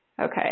Okay